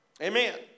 Amen